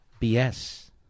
BS